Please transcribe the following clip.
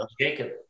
Jacob